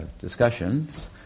discussions